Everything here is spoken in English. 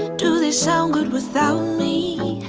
do they sound good without me?